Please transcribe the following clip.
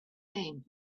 name